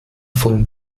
von